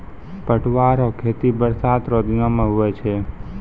पटुआ रो खेती बरसात रो दिनो मे हुवै छै